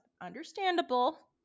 Understandable